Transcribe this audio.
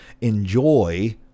enjoy